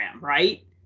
right